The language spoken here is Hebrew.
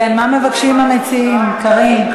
מה מבקשים המציעים, קארין?